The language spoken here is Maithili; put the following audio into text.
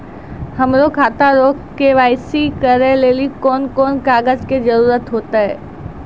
हमरो खाता रो के.वाई.सी करै लेली कोन कोन कागज के जरुरत होतै?